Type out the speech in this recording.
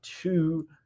two